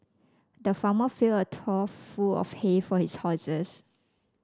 the farmer filled a trough full of hay for his horses